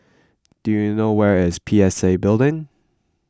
do you know where is P S A Building